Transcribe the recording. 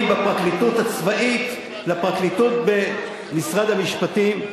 בפרקליטות הצבאית לפרקליטות במשרד המשפטים.